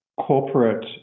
corporate